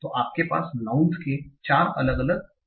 तो आपके पास नाउँनस के लिए 4 अलग अलग टेक्स्ट्स हैं